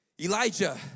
Elijah